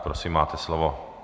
Prosím, máte slovo.